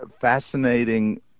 fascinating